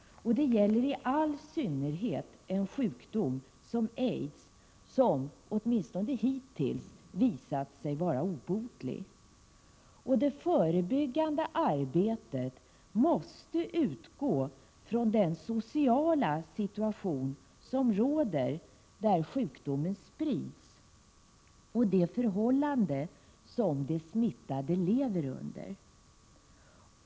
Det gäller i all synnerhet en sjukdom som aids, som åtminstone hittills visat sig vara obotlig. Det förebyggande arbetet måste utgå från den sociala situation som råder där sjukdomen sprids och de förhållanden som de smittade lever under.